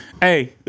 Hey